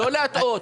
לא להטעות.